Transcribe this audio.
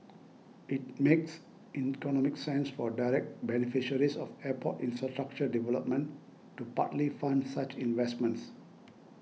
it makes economic sense for direct beneficiaries of airport infrastructure development to partly fund such investments